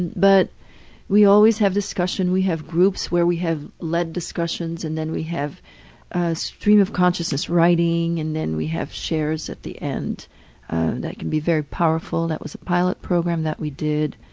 but we always have discussion. we have groups where we have led discussions and then we have stream of consciousness writing and then we have shares at the end that can be very powerful. that was a pilot program that we did.